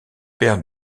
père